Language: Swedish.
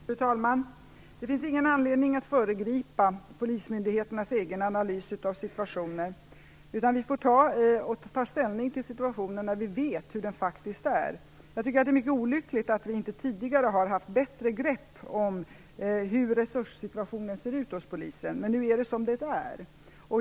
Fru talman! Det finns ingen anledning att föregripa polismyndigheternas egen analys av situationen. Vi får ta ställning till situationen när vi vet hurdan den faktiskt är. Jag tycker att det är mycket olyckligt att vi inte tidigare har haft bättre grepp om hur resurssituationen ser ut hos Polisen, men nu är det som det är.